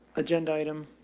agenda item,